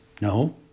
No